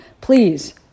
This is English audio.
please